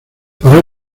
para